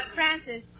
Francis